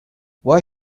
why